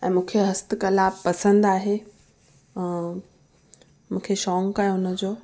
ऐं मूंखे हस्तकला पसंदि आहे मूंखे शौक़ु आहे उन जो